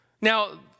Now